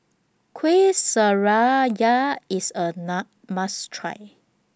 Kueh IS A Na must Try